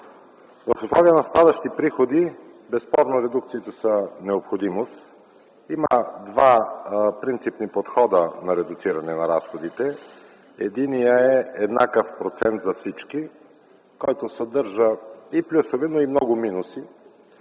В условия на спадащи приходи безспорно редукциите са необходимост. Има два принципни подхода на редуциране на разходите. Единият е еднакъв процент за всички, който съдържа и плюсове, но и много минуси.